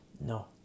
No